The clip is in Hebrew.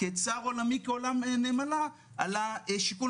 כצר עולמי כעולם נמלה על השיקול,